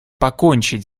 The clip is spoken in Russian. покончить